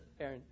Aaron